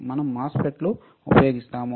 మనం MOSFET లు ఉపయోగిస్తాము